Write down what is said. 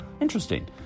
Interesting